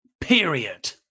period